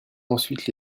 ensuite